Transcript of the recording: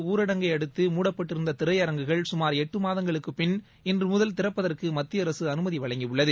ஊரடங்கை அடுத்து மூடப்பட்டிருந்த திரையரங்குகளை சுமார் எட்டு மாதங்களுக்குப் பின் இன்று முதல் திறப்பதற்கு மத்திய அரசு அனுமதி வழங்கியுள்ளது